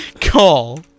Call